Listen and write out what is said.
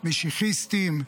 משיחיסטים,